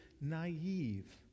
naive